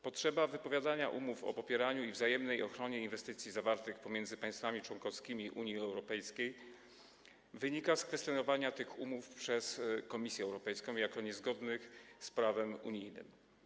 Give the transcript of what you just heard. Potrzeba wypowiadania umów o popieraniu i wzajemnej ochronie inwestycji zawartych pomiędzy państwami członkowskimi Unii Europejskiej wynika z kwestionowania tych umów przez Komisję Europejską jako niezgodnych z prawem unijnym.